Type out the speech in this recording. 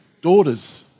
daughters